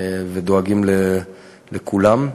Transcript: ודואגים לכולם,